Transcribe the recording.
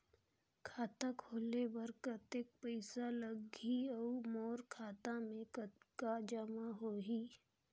खाता खोले बर कतेक पइसा लगही? अउ मोर खाता मे कतका जमा होही?